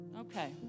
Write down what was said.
Okay